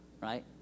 right